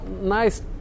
nice